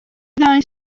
ddau